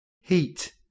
heat